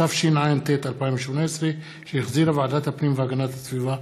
התשע"ט 2018, שהחזירה ועדת הפנים והגנת הסביבה.